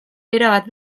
erabat